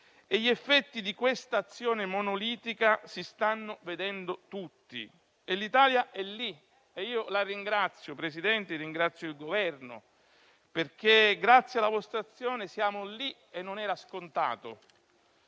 Gli effetti di questa azione monolitica si stanno vedendo tutti e l'Italia è lì. Io la ringrazio, Presidente, e ringrazio il Governo, perché grazie alla vostra azione siamo lì e non era scontato.